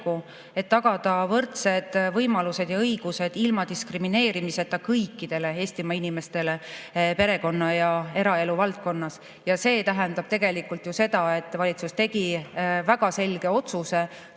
et tagada võrdsed võimalused ja õigused ilma diskrimineerimiseta kõikidele Eestimaa inimestele perekonna ja eraelu valdkonnas. Ja see tähendab tegelikult seda, et valitsus tegi väga selge otsuse